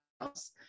else